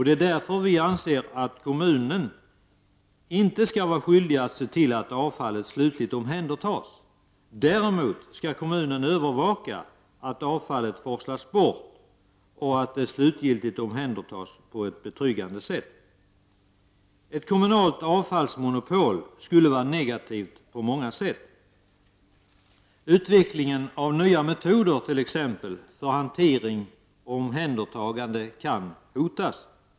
Därför anser vi inte att kommunen skall vara skyldig att se till att avfallet slutligt omhändertas. Däremot skall kommunen övervaka att avfallet forslas bort och att det slutgiltigt omhändertas på ett betryggande sätt. Ett kommunalt avfallsmonopol skulle vara negativt på många sätt. Utvecklingen av nya metoder t.ex. för hantering och omhändertagande kan hotas.